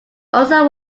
also